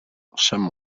chamond